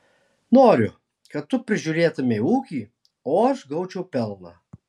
noriu kad tu prižiūrėtumei ūkį o aš gaučiau pelną